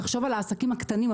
תחשוב על העסקים הקטנים,